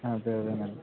అదే అదే అండి